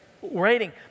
waiting